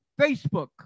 Facebook